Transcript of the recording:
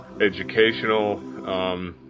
educational